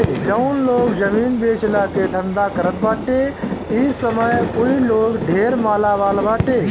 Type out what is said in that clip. जउन लोग जमीन बेचला के धंधा करत बाटे इ समय उ लोग ढेर मालामाल बाटे